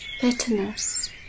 bitterness